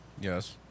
Yes